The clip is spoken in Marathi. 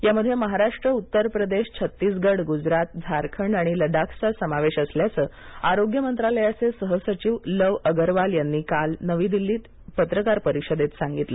यामध्ये महाराष्ट्रउत्तर प्रदेशछत्तीसगड गुजरातझारखंड आणि लड्डाखचा समावेश असल्याचं आरोग्य मंत्रालयाचे सहसचिव लव अगरवाल यांनी का नवी दिल्लीत पत्रकार परिषदेत सांगितलं